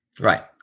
Right